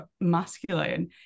masculine